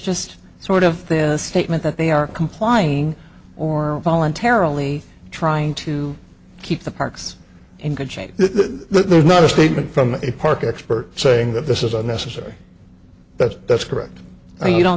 just sort of their statement that they are complying or voluntarily trying to keep the parks in good shape there's not a statement from a park expert saying that this is unnecessary but that's correct and you don't